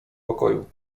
pokoju